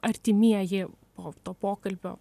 artimieji po to pokalbio